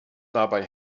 dabei